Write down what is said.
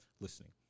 listening